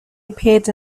appeared